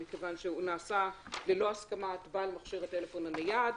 מכיוון שהוא נעשה ללא הסכמת בעל מכשיר הטלפון הנייד,